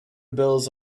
bills